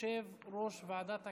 יושב-ראש ועדת הכספים.